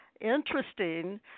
interesting